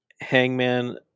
Hangman